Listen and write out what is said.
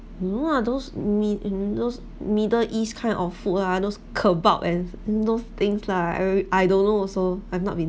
no ah those meat in those middle east kind of food ah those kebab and north things lah I I don't know also I've not been